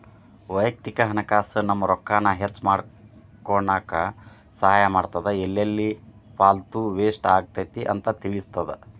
ವಯಕ್ತಿಕ ಹಣಕಾಸ್ ನಮ್ಮ ರೊಕ್ಕಾನ ಹೆಚ್ಮಾಡ್ಕೊನಕ ಸಹಾಯ ಮಾಡ್ತದ ಎಲ್ಲೆಲ್ಲಿ ಪಾಲ್ತು ವೇಸ್ಟ್ ಆಗತೈತಿ ಅಂತ ತಿಳಿತದ